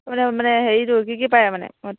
মানে মানে হেৰিটো কি কি পায় মানে মদ